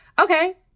okay